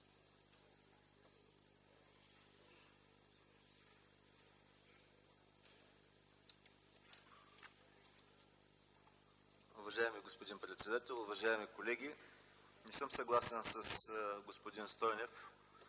Уважаеми господин председател, уважаеми колеги! Не съм съгласен с господин Стойнев